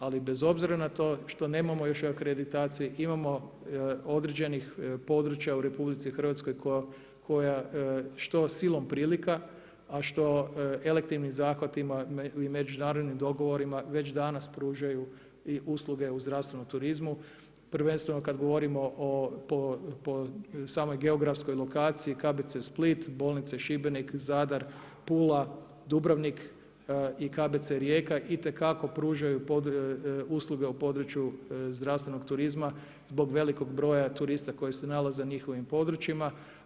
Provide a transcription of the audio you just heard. Ali bez obzira na to što nemamo još akreditacije imamo određenih područja u RH koja što silom prilika, a što … zahvatima i međunarodnim dogovorima već danas pružaju i usluge u zdravstvenom turizmu prvenstveno kad govorimo po samoj geografskoj lokaciji KBC Split, bolnice Šibenik, Zadar, Pula, Dubrovnik i KBC Rijeka itekako pružaju usluge u području zdravstvenog turizma zbog velikog broja turista koji se nalaze na njihovim područjima.